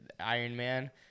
Ironman